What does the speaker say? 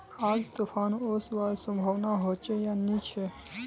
आज तूफ़ान ओसवार संभावना होचे या नी छे?